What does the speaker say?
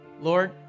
lord